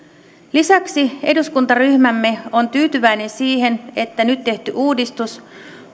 lisäksi eduskuntaryhmämme on tyytyväinen siihen että nyt tehty uudistus